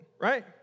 right